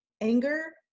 anger